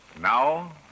Now